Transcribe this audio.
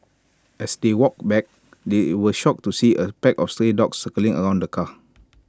as they walked back they were shocked to see A pack of stray dogs circling around the car